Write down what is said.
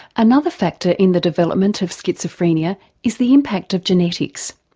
another factor in the development of schizophrenia is the impact of genetics.